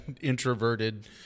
introverted